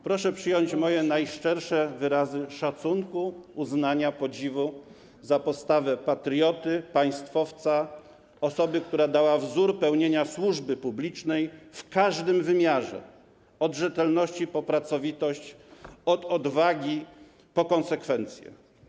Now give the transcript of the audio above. Proszę przyjąć moje najszczersze wyrazy szacunku, uznania, podziwu za postawę patrioty, państwowca, osoby, która dała wzór pełnienia służby publicznej w każdym wymiarze - od rzetelności po pracowitość, od odwagi po konsekwencję.